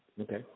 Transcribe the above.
Okay